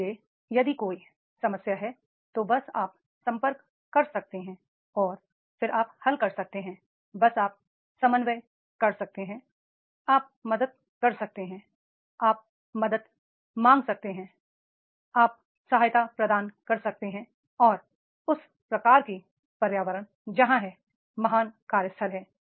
इसलिए यदि कोई समस्या है तो बस आप संपर्क कर सकते हैं और फिर आप हल कर सकते हैं बस आप समन्वय कर सकते हैं आप मदद कर सकते हैं आप मदद मांग सकते हैं आप सहायता प्रदान कर सकते हैं और उस प्रकार की पर्यावरण जहाँ है महान कार्यस्थल है